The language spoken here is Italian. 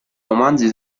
romanzi